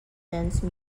dance